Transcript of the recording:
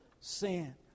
sin